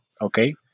okay